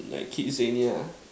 like kidzania ah